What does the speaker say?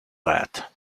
that